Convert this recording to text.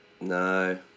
no